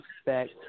Expect